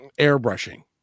airbrushing